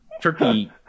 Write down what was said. turkey